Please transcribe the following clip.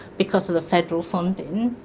because of the federal funding.